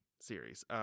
series